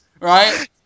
right